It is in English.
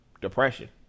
depression